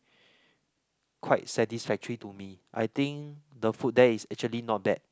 quite satisfactory to me I think the food there is actually not bad